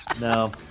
No